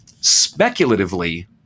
Speculatively